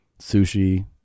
sushi